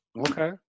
Okay